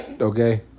Okay